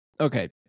okay